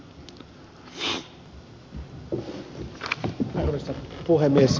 arvoisa puhemies